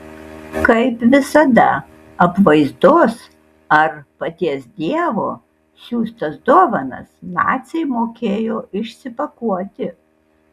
kaip visada apvaizdos ar paties dievo siųstas dovanas naciai mokėjo išsipakuoti